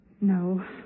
No